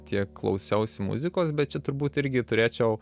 tiek klausiausi muzikos bet čia turbūt irgi turėčiau